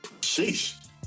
Sheesh